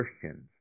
Christians